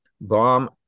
bomb